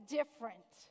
different